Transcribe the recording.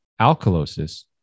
alkalosis